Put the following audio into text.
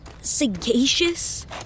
Sagacious